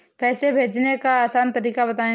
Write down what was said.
पैसे भेजने का आसान तरीका बताए?